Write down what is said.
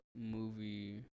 movie